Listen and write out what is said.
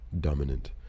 Dominant